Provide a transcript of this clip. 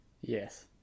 Yes